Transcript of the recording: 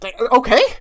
okay